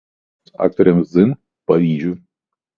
jei kitiems aktoriams dzin pavydžiu